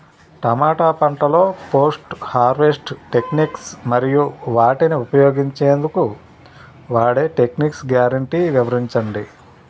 టమాటా పంటలో post harvest techniques మరియు వాటిని ఉంచెందుకు వాడే టెక్నిక్స్ గ్యారంటీ వివరించండి?